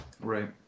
right